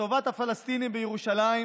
לטובת הפלסטינים בירושלים,